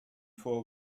for